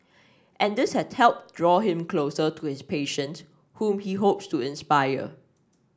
and this has helped draw him closer to his patients whom he hopes to inspire